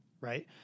Right